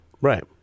right